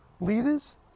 leaders